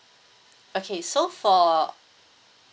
okay so for